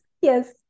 Yes